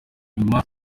emma